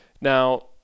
Now